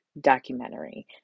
documentary